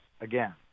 again